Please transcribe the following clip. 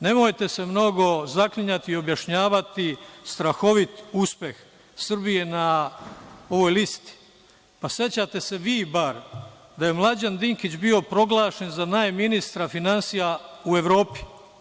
Nemojte se mnogo zaklinjati i objašnjavati strahovit uspeh Srbije na ovoj listi, pa sećate se vi bar da je Mlađan Dinkić bio proglašen za najministra finansija u Evropi.